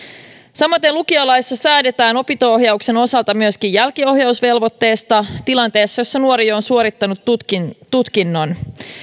samaten lukiolaissa säädetään opinto ohjauksen osalta myöskin jälkiohjausvelvoitteesta tilanteessa jossa nuori on suorittanut tutkinnon tutkinnon